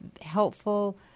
helpful